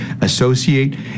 associate